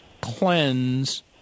cleanse